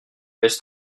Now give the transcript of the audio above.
laisse